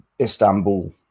Istanbul